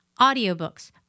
audiobooks